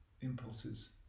impulses